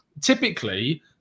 typically